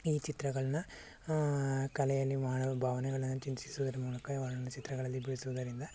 ಈ ಚಿತ್ರಗಳನ್ನ ಕಲೆಯಲ್ಲಿ ಮಾಡ್ ಭಾವನೆಗಳನ್ನು ಚಿಂತಿಸುವುದರ ಮೂಲಕ ವರ್ಣಚಿತ್ರಗಳಲ್ಲಿ ಬಿಡಿಸುವುದರಿಂದ